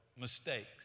mistakes